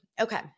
Okay